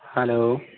hello